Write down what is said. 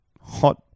hot